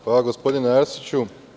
Hvala, gospodine Arsiću.